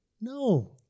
No